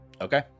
Okay